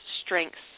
strengths